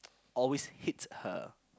always hits her